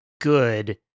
good